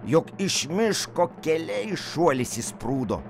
jog iš miško keliais šuoliais išsprūdo